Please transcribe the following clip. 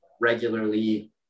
regularly